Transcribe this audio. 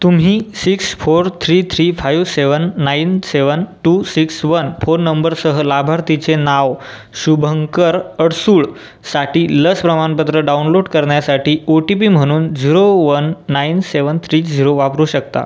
तुम्ही six four three three five seven nine seven two six one phone नंबरसह लाभार्थीचे नाव शुभंकर अडसूळ साठी लस प्रमाणपत्र डाउनलोड करण्यासाठी ओ टी पी म्हणून zero one nine seven three zero वापरू शकता